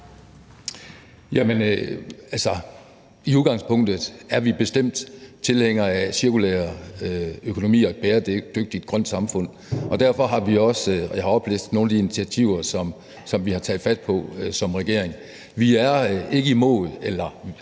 i udgangspunktet er vi bestemt tilhængere af cirkulær økonomi og et bæredygtigt, grønt samfund. Derfor har jeg også oplistet nogle af de initiativer, som vi har taget fat på som regering. Vi er ikke for